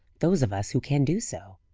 those of us who can do so?